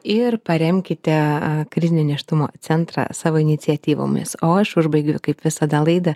ir paremkite krizinio nėštumo centrą savo iniciatyvomis o aš užbaigiu kaip visada laidą